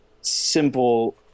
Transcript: simple